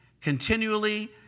continually